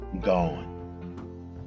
gone